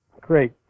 great